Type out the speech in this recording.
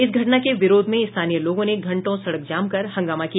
इस घटना के विरोध में स्थानीय लोगों ने घंटों सड़क जाम कर हंगामा किया